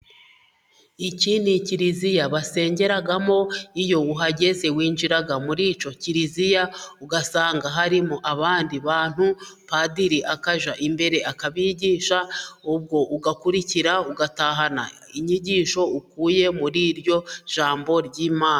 Iki ni kiliziya basengeramo, iyo uhageze winjira muri iyo kiliziya ugasanga harimo abandi bantu, Padiri akajya imbere akabigisha, ubwo ugakurikira ugatahana inyigisho ukuye muri iryo jambo ry'Imana.